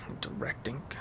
directing